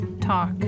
talk